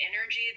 energy